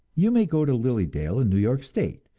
you may go to lily dale, in new york state,